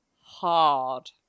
hard